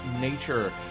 nature